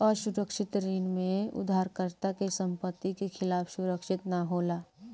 असुरक्षित ऋण में उधारकर्ता के संपत्ति के खिलाफ सुरक्षित ना होला